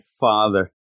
father